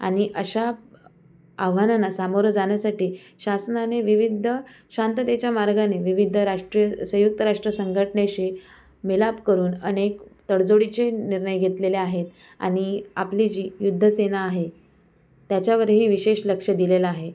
आणि अशा आव्हानांना सामोरं जाण्यासाठी शासनाने विविध शांततेच्या मार्गाने विविध राष्ट्रीय संयुक्त राष्ट्र संघटनेशी मिलाप करून अनेक तडजोडीचे निर्णय घेतलेले आहेत आणि आपली जी युद्ध सेना आहे त्याच्यावरही विशेष लक्ष दिलेलं आहे